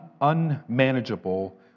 unmanageable